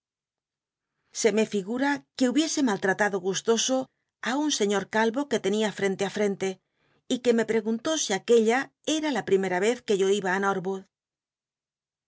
se me jl gma que hubiese malt atndo gustoso un sciíor caho que tenia frente ji fienle y que me preguntó aquella eta la ll'imcm cz que yo iba